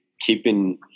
keeping